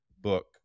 book